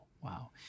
Wow